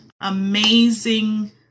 amazing